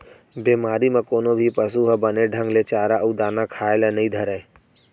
बेमारी म कोनो भी पसु ह बने ढंग ले चारा अउ दाना खाए ल नइ धरय